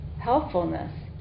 helpfulness